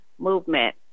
movement